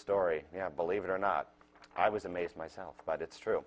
story believe it or not i was amazed myself but it's true